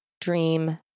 dream